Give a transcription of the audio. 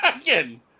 Again